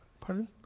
Pardon